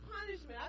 punishment